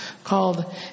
called